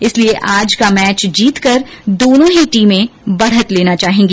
इसलिये आज का मैच जीतकर दोनो ही टीमें बढत लेना चाहेंगी